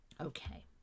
okay